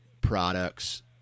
products